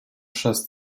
przez